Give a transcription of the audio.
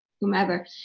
whomever